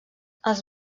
els